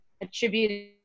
attributed